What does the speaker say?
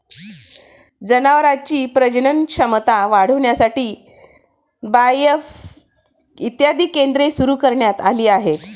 जनावरांची प्रजनन क्षमता वाढविण्यासाठी बाएफ इत्यादी केंद्रे सुरू करण्यात आली आहेत